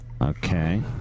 Okay